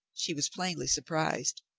she was plainly surprised.